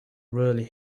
really